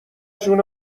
جون